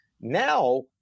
Now